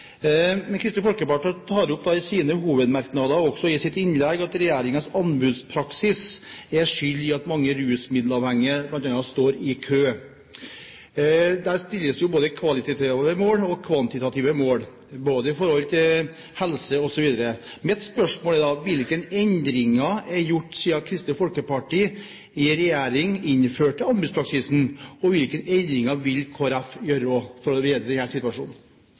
Men Kristelig Folkeparti tar opp i sine hovedmerknader og i sitt innlegg at regjeringens anbudspraksis er skyld i at mange rusmiddelavhengige står i kø. Der stilles det kvalitative mål og kvantitative mål når det gjelder helse osv. Mine spørsmål er: Hvilke endringer er gjort siden Kristelig Folkeparti i regjering innførte anbudspraksisen? Hvilke endringer vil Kristelig Folkeparti innføre for å bedre denne situasjonen?